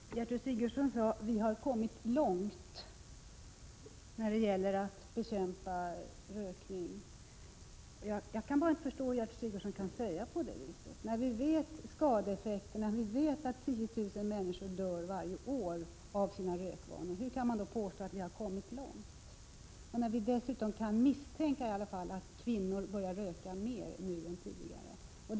Herr talman! Gertrud Sigurdsen sade att vi har kommit långt när det gäller att bekämpa rökningen. Jag kan bara inte förstå hur Gertrud Sigurdsen kan säga på det viset när vi känner till skadeeffekterna, när vi vet att 10 000 människor dör varje år på grund av sina rökvanor. Hur kan man då påstå att vi har kommit långt? Dessutom kan vi i varje fall misstänka att fler kvinnor börjar röka nu än tidigare.